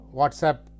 WhatsApp